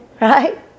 right